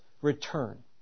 return